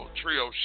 trio